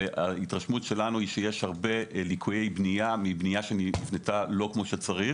וההתרשמות שלנו היא שיש הרבה ליקויי בנייה מבנייה שנבנתה לא כמו שצריך.